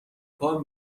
کار